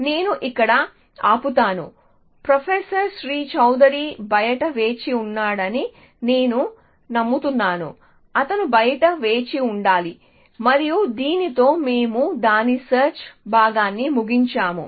నేను ఇక్కడ ఆపుతాను ప్రొఫెసర్ శ్రీ చౌదరి బయట వేచి ఉన్నాడు నేను నమ్ముతున్నాను అతను బయట వేచి ఉండాలి మరియు దీనితో మేము దాని సెర్చ్ భాగాన్ని ముగించాము